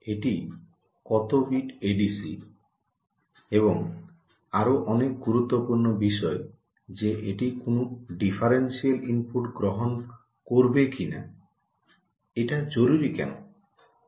এটি কত bit ADC এবং আরও অনেক গুরুত্বপূর্ণ বিষয় যে এটি কোনও ডিফারেন্সিয়াল ইনপুট গ্রহণ করবে কিনা এটা জরুরী কেন